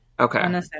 Okay